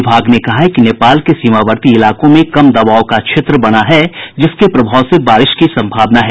विभाग ने कहा है कि नेपाल के सीमावर्ती इलाकों में कम दबाव का क्षेत्र बना हुआ है जिसके प्रभाव से बारिश की संभावना है